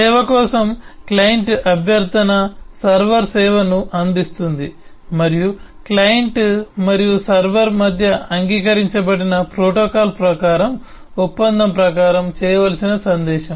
సేవ కోసం క్లయింట్ అభ్యర్థన సర్వర్ సేవను అందిస్తుంది మరియు క్లయింట్ మరియు సర్వర్ మధ్య అంగీకరించబడిన ప్రోటోకాల్ ప్రకారం ఒప్పందం ప్రకారం చేయవలసిన సందేశం